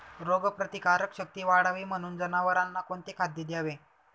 रोगप्रतिकारक शक्ती वाढावी म्हणून जनावरांना कोणते खाद्य द्यावे?